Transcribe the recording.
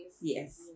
Yes